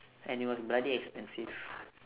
and it was bloody expensive